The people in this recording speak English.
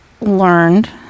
learned